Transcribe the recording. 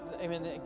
amen